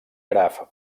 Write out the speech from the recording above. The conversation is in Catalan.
graf